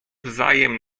wzajem